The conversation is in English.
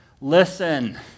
listen